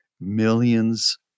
millions